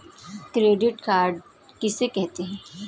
Credit card किसे कहते हैं?